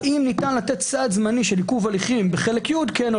האם ניתן לתת סעד זמני של עיכוב הליכים או לא.